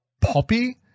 poppy